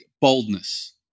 boldness